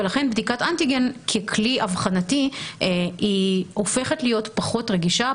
ולכן בדיקת אנטיגן ככלי אבחוני הופכת להיות פחות רגישה,